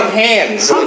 hands